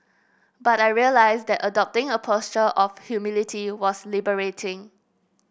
but I realised that adopting a posture of humility was liberating